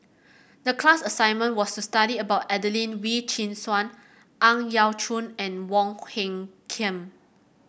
the class assignment was to study about Adelene Wee Chin Suan Ang Yau Choon and Wong Hung Khim